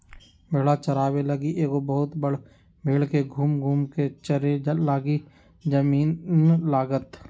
भेड़ा चाराबे लागी एगो बहुत बड़ भेड़ के घुम घुम् कें चरे लागी जमिन्न लागत